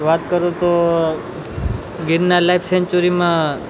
વાત કરું તો ગિરનાર લાઈફ સેન્ચુરીમાં